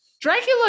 Dracula